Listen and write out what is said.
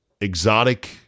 exotic